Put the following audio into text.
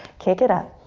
kick it up.